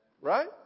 Right